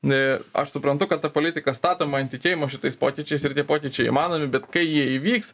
aš suprantu kad ta politika statoma ant tikėjimo šitais pokyčiais ir tie pokyčiai įmanomi bet kai jie įvyks